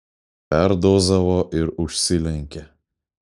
perdozavo ir užsilenkė